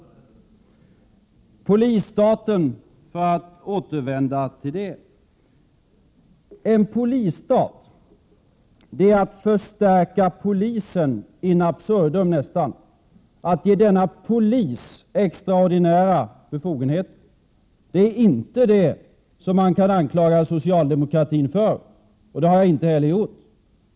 En polisstat — för att återvända till den frågan — är nästan detsamma som att förstärka polisen in absurdum. Att ge denna polis extraordinära befogenheter är inte vad man kan anklaga socialdemokraterna för, och det har jag inte heller gjort.